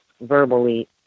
verbally